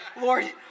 Lord